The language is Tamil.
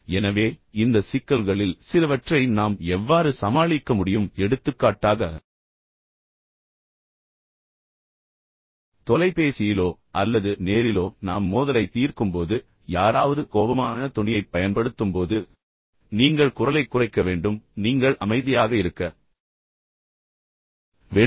எனவே இந்த சிக்கல்களில் சிலவற்றை நாம் எவ்வாறு சமாளிக்க முடியும் எடுத்துக்காட்டாக தொலைபேசியிலோ அல்லது நேரிலோ நாம் மோதலைத் தீர்க்கும்போது யாராவது கோபமான தொனியைப் பயன்படுத்தும்போது நீங்கள் குரலைக் குறைக்க வேண்டும் நீங்கள் அமைதியாக இருக்க வேண்டும்